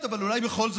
איומה.